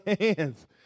hands